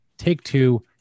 Take-Two